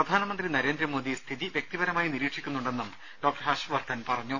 പ്രധാനമന്ത്രി നരേന്ദ്രമോദി സ്ഥിതി വ്യക്തിപരമായി നിരീക്ഷിക്കുന്നുണ്ടെന്നും ഡോക്ടർ ഹർഷ് വർദ്ധൻ പറഞ്ഞു